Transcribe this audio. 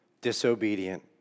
disobedient